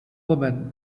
woman